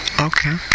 Okay